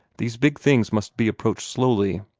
these big things must be approached slowly.